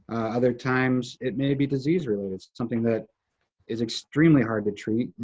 other times, it may be disease related, something that is extremely hard to treat.